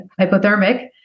hypothermic